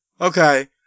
okay